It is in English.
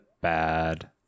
bad